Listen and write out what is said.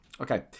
Okay